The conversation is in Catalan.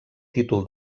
títol